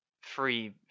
free